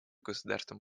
государством